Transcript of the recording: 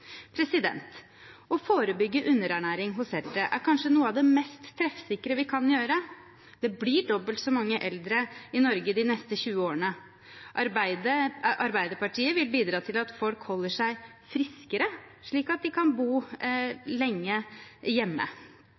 Å forebygge underernæring hos eldre er kanskje noe av det mest treffsikre vi kan gjøre. Det blir dobbelt så mange eldre i Norge de neste 20 årene. Arbeiderpartiet vil bidra til at folk holder seg friskere, slik at de kan bo lenge hjemme.